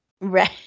right